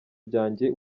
byanjye